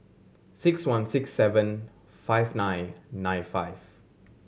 six one six seven five nine nine five